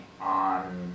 on